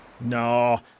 No